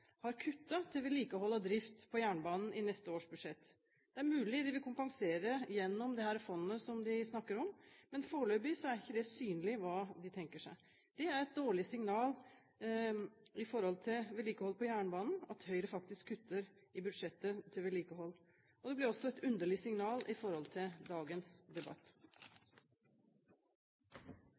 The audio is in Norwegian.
har jeg merket meg at Høyre har kuttet i vedlikehold og drift på jernbanen i neste års budsjett. Det er mulig de vil kompensere gjennom det fondet de snakker om, men foreløpig er ikke det synlig hva de tenker seg. Det er et dårlig signal for vedlikeholdet på jernbanen at Høyre faktisk kutter i dette budsjettet. Det blir også et underlig signal i dagens debatt.